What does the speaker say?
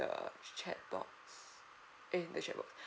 the chat box eh the chat box